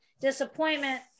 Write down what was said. Disappointment